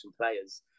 players